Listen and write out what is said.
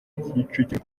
kicukiro